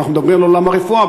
אנחנו מדברים על עולם הרפואה,